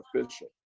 official